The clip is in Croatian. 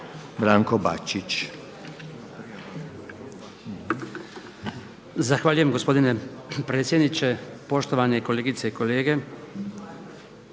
Branko Bačić.